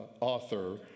author